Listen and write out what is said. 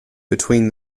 between